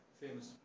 famous